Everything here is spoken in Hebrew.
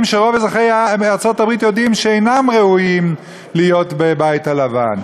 שרוב אזרחי ארצות-הברית יודעים שאינם ראויים להיות בבית הלבן.